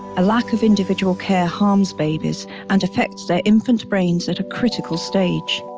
a lack of individual care harms babies, and affects their infant brains at a critical stage.